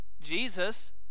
Jesus